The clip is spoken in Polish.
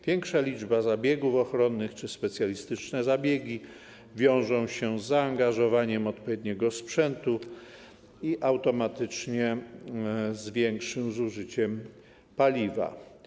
Większa liczba zabiegów ochronnych czy specjalistyczne zabiegi wiążą się z zaangażowaniem odpowiedniego sprzętu i automatycznie z większym zużyciem paliwa.